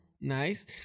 Nice